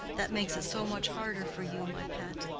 that makes it so much harder for you, my pet.